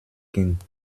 kind